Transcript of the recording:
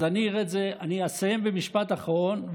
אז אני אסיים במשפט אחרון,